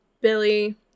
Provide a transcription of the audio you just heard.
Billy